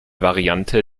variante